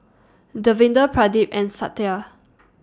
Davinder Pradip and Satya